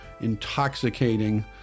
intoxicating